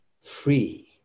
free